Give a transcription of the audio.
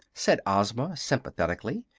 said ozma, sympathetically.